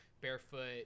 Barefoot